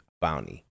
bounty